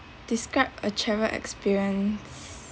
describe a travel experience